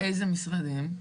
איזה משרדים?